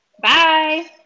Bye